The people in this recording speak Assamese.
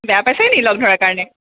বেয়া পাইছে নেকি লগ ধৰাৰ কাৰণে